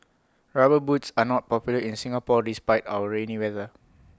rubber boots are not popular in Singapore despite our rainy weather